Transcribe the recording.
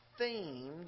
themed